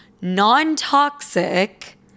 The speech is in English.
non-toxic